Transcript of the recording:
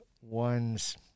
one's